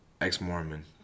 ex-mormon